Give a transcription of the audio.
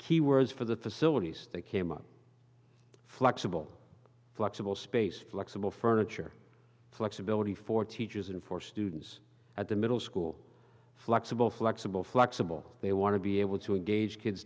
keywords for the facilities they came up flexible flexible space flexible furniture flexibility for teachers and for students at the middle school flexible flexible flexible they want to be able to engage kids